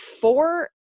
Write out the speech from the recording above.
four